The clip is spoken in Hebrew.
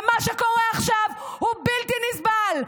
ומה שקורה עכשיו הוא בלתי נסבל.